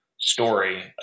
story